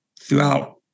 throughout